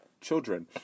children